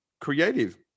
creative